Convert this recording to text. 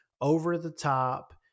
over-the-top